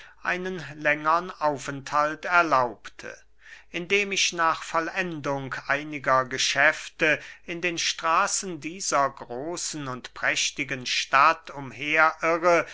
einen längern aufenthalt erlaubte indem ich nach vollendung einiger geschäfte in den straßen dieser großen und prächtigen stadt umher irre